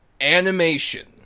animation